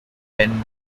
wen